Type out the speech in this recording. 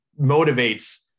motivates